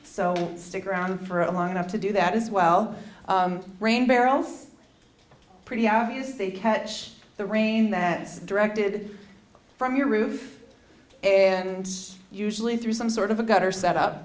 so stick around for a long enough to do that as well rain barrels pretty obvious they catch the rain that it's directed from your roof and usually through some sort of a gutter set up